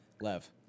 Lev